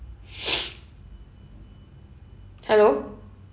hello